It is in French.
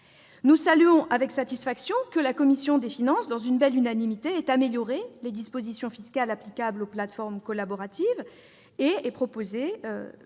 Nous saluons avec satisfaction le fait que la commission des finances, dans une belle unanimité, ait amélioré les dispositions fiscales applicables aux plateformes collaboratives et proposé